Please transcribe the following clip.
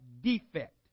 defect